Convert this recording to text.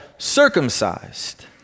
circumcised